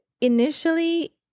initially